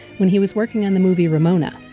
when he was working on the movie, ramona,